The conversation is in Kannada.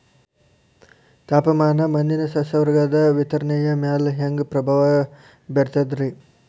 ತಾಪಮಾನ ಮಣ್ಣಿನ ಸಸ್ಯವರ್ಗದ ವಿತರಣೆಯ ಮ್ಯಾಲ ಹ್ಯಾಂಗ ಪ್ರಭಾವ ಬೇರ್ತದ್ರಿ?